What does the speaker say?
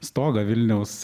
stogą vilniaus